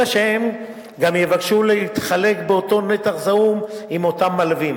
אלא שהם גם יבקשו להתחלק באותו נתח זעום עם אותם מלווים,